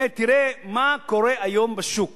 הנה, תראה מה קורה היום בשוק.